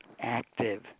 active